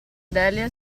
delia